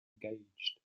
engaged